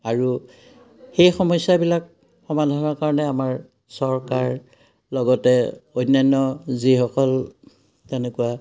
আৰু সেই সমস্যাবিলাক সমাধানৰ কাৰণে আমাৰ চৰকাৰ লগতে অন্যান্য যিসকল তেনেকুৱা